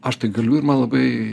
aš tai galiu ir man labai